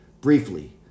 Briefly